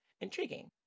intriguing